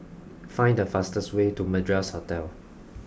find the fastest way to Madras Hotel